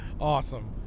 Awesome